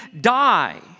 die